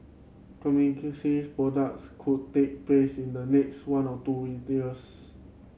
products could take place in the next one or two years